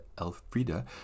Elfrida